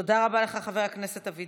עוד לא